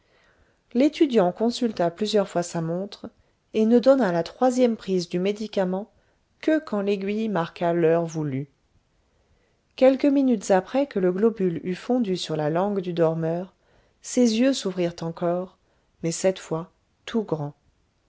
l'étudiant consulta plusieurs fois sa montre et ne donna la troisième prise du médicament que quand l'aiguille marqua l'heure voulue quelques minutes après que le globule eut fondu sur la langue du dormeur ses yeux s'ouvrirent encore mais cette fois tout grands